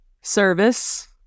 service